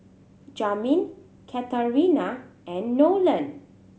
Jamin Katharina and Nolen